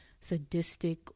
sadistic